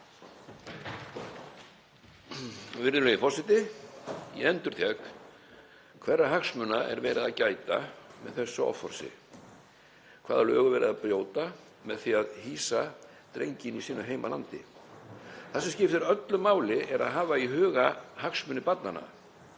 Virðulegur forseti. Ég endurtek: Hverra hagsmuna er verið að gæta með þessu offorsi? Hvaða lög er verið að brjóta með því að hýsa drengina í sínu heimalandi? Það sem skiptir öllu máli er að hafa í huga hagsmuni barnanna,